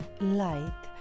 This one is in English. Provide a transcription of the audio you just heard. light